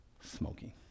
smoking